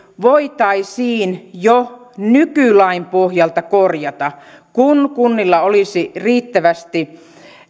voitaisiin jo nykylain pohjalta korjata kun kunnilla olisi riittävästi